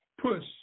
push